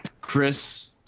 chris